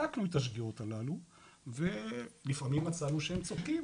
בדקנו את השגיאות הללו ולפעמים מצאנו שהם צודקים,